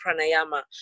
pranayama